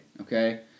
Okay